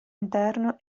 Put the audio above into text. interno